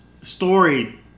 story